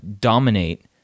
dominate